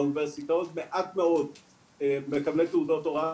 באוניברסיטאות מעט מאוד מקבלי תעודות הוראה,